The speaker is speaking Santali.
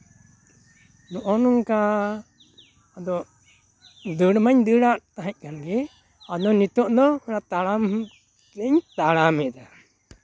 ᱱᱚᱜᱼᱚᱭ ᱱᱚᱝᱠᱟ ᱫᱚ ᱫᱟᱹᱲ ᱢᱟᱧ ᱫᱟᱹᱲᱟᱜ ᱛᱟᱦᱮᱸᱜ ᱠᱟᱱᱜᱮ ᱟᱫᱚ ᱱᱤᱛᱚᱜ ᱫᱚ ᱛᱟᱲᱟᱢ ᱜᱤᱧ ᱛᱟᱲᱟᱢᱮᱫᱟ